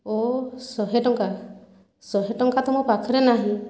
ଓ ଶହେ ଟଙ୍କା ଶହେ ଟଙ୍କା ତ ମୋ' ପାଖରେ ନାହିଁ